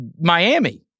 Miami